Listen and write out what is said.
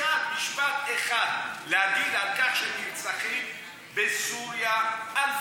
בעבודה שלה היא ביטאה ערכים של מסירות,